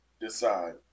decide